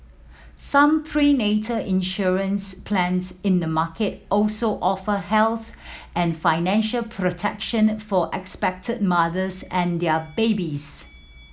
some prenatal insurance plans in the market also offer health and financial protection for expectant mothers and their babies